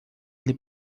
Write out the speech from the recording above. ele